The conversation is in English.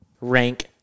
Rank